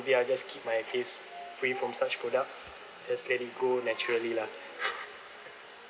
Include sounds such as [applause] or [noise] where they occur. maybe I'll just keep my face free from such products just let it go naturally lah [laughs]